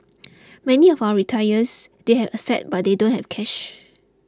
many of our retirees they have assets but they don't have cash